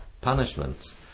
punishments